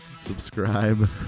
subscribe